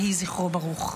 יהי זכרו ברוך.